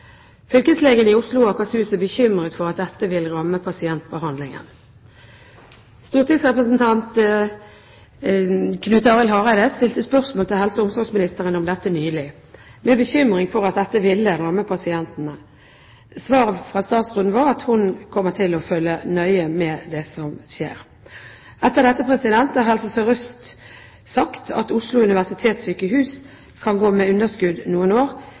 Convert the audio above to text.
Fylkeslegen i Oslo og Akershus er bekymret for at dette vil ramme pasientbehandlingen. Stortingsrepresentant Knut Arild Hareide stilte spørsmål til helse- og omsorgsministeren om dette nylig, med bekymring for at dette ville ramme pasientene. Svaret fra statsråden var at hun kommer til å følge nøye med på det som skjer. Etter dette har Helse Sør-Øst sagt at Oslo universitetssykehus kan gå med underskudd noen år,